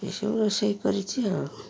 ଏସବୁ ରୋଷେଇ କରିଛି ଆଉ